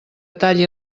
talli